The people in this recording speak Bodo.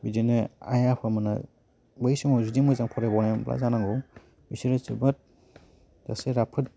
बिदिनो आइ आफा मोनहा बै समाव जुदि मोजां फरायबावनाय मोनबा जानांगौ बिसोरनि जोबोद एसे राफोद